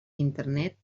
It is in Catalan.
internet